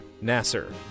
Nasser